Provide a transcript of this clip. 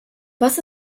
was